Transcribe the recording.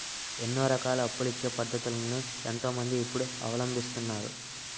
ఎన్నో రకాల అప్పులిచ్చే పద్ధతులను ఎంతో మంది ఇప్పుడు అవలంబిస్తున్నారు